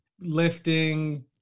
lifting